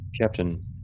captain